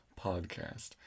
podcast